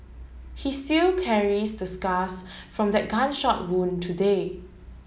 he seal carries the scars from that gunshot wound today